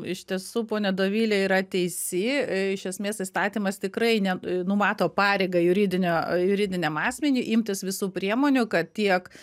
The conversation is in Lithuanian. iš tiesų ponia dovilė yra teisi iš esmės įstatymas tikrai ne numato pareigą juridinio juridiniam asmeniui imtis visų priemonių kad tiek